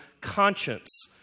conscience